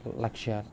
లక్ష్యా